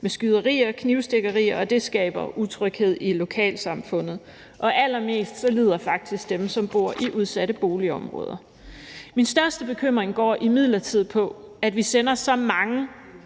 med skyderier og knivstikkerier til følge. Det skaber utryghed i lokalsamfundet, og dem, der lider allermest, er faktisk dem, som bor i udsatte boligområder. Min største bekymring går imidlertid på, at vi sender så mange